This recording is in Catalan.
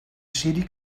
ciri